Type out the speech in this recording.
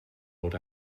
old